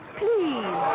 please